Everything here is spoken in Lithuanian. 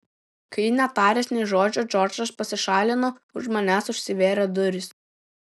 kai netaręs nė žodžio džordžas pasišalino už manęs užsivėrė durys